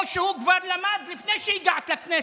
או שהוא כבר למד לפני שהגעת לכנסת,